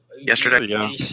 Yesterday